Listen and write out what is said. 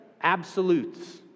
absolutes